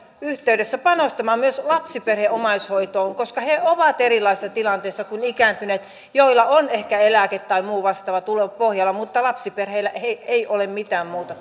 yhteydessä panostamaan myös lapsiperheomaishoitoon koska he ovat erilaisessa tilanteessa kuin ikääntyneet joilla on ehkä eläke tai muu vastaava tulo pohjalla mutta lapsiperheillä ei ei ole mitään muuta